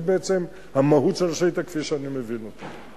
זה בעצם המהות של השאילתא כפי שאני מבין אותה.